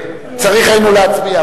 צריכים היינו להצביע,